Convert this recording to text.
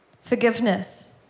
forgiveness